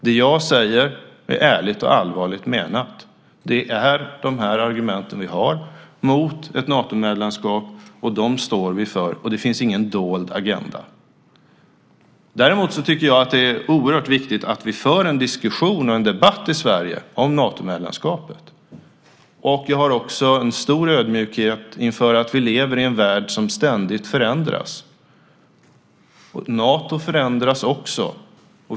Det jag säger är ärligt och allvarligt menat. Det är de här argumenten vi har mot ett Natomedlemskap, och dem står vi för. Det finns ingen dold agenda. Däremot tycker jag att det är oerhört viktigt att vi för en diskussion och en debatt i Sverige om Natomedlemskapet. Jag känner också stor ödmjukhet inför att vi lever i en värld som ständigt förändras. Nato förändras också.